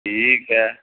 ٹھیک ہے